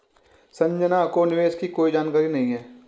संजना को निवेश की कोई जानकारी नहीं है